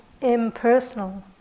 impersonal